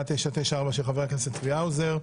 של חבר הכנסת צבי האזור.